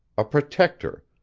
a protector,